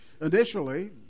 Initially